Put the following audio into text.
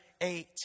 eight